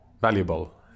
Valuable